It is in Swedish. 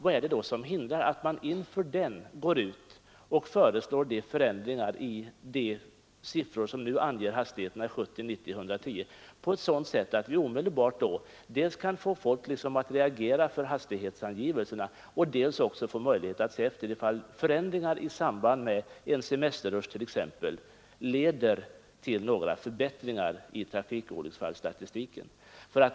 Vad är det som hindrar att man inför den går ut och föreslår sådana förändringar i nu gällande hastighetssiffror 70 110, att vi omedelbart kan få folk att reagera för hastighetsangivelserna och dessutom få möjlighet att se ifall hastighetsförändringarna i samband med en semesterrush leder till någon förbättring i trafikolycksfallsstatistiken.